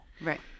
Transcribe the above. Right